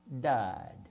died